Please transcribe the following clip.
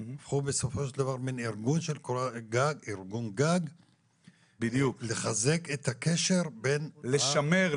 אתם בסופו של דבר מין ארגון גג לחזק את הקשר בין ה --- לשמר,